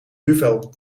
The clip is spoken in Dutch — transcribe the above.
duvel